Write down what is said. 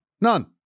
None